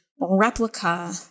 replica